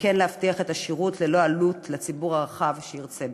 וכן להבטיח את השירות ללא עלות לציבור הרחב שירצה בכך.